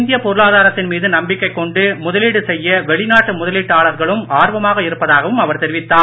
இந்திய பொருளாதாரத்தின் மீது நம்பிக்கை கொண்டு முதலீடு செய்ய வெளிநாட்டு முதலீட்டாளர்களும் ஆர்வமாக இருப்பதாகவும் அவர் தெரிவித்தார்